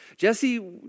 Jesse